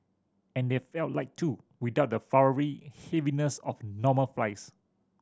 and they felt light too without the floury heaviness of normal fries